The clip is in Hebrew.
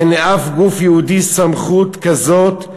אין לאף גוף יהודי סמכות כזאת,